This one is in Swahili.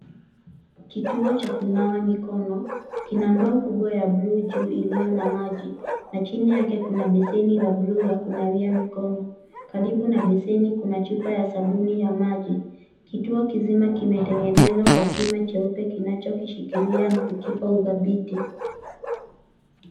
Kituo cha kunawa mikono, kina ndoo kubwa ya buluu juu iliyo na maji na chini yake kuna beseni la buluu la kunawia mikono. Karibu na beseni kuna chupa ya sabuni ya maji. Kituo kizima kimetengenezwa kwa chuma cheupe kinachokishikilia na kukipa udhabiti.